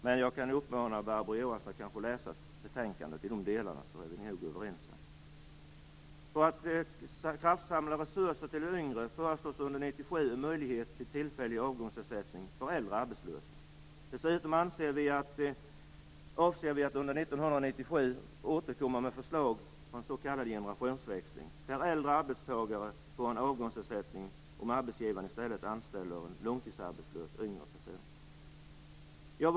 Men jag kan uppmana Barbro Johansson att läsa betänkandet i de delarna, så är vi nog överens sedan. För att kraftsamla resurser till de yngre föreslås under 1997 en möjlighet till tillfällig avgångsersättning för äldre arbetslösa. Dessutom avser vi att under 1997 återkomma med förslag om en s.k. generationsväxling där äldre arbetstagare får en avgångsersättning om arbetsgivaren i stället anställer en långtidsarbetslös yngre person.